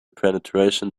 penetration